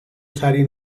ترین